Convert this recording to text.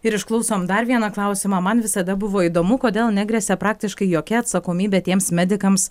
ir išklausom dar vieną klausimą man visada buvo įdomu kodėl negresia praktiškai jokia atsakomybė tiems medikams